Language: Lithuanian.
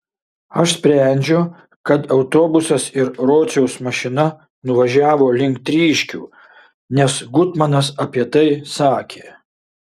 aš sprendžiu kad autobusas ir rociaus mašina nuvažiavo link tryškių nes gutmanas apie tai sakė